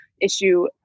issue